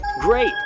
Great